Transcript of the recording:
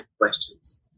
questions